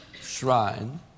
shrine